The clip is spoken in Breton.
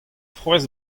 frouezh